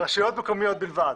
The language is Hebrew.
ברשויות מקומיות בלבד.